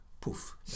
poof